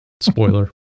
Spoiler